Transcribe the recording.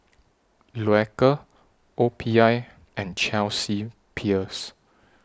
Loacker O P I and Chelsea Peers